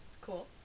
Cool